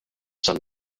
sun